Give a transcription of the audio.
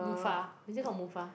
mufa is it called mufa